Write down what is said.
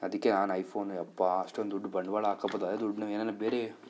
ಅದಕ್ಕೆ ನಾನು ಐಫೋನ್ ಅಪ್ಪಾ ಅಷ್ಟೊಂದು ದುಡ್ಡು ಬಂಡವಾಳ ಹಾಕೋ ಬದಲು ಅದೇ ದುಡ್ಡನ್ನ ಏನೇನೋ ಬೇರೆ